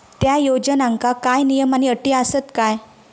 त्या योजनांका काय नियम आणि अटी आसत काय?